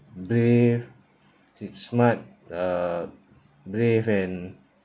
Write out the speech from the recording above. brave street smart uh brave and